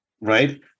Right